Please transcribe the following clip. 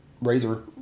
razor